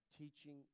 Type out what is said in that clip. teaching